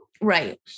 Right